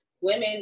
women